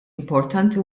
importanti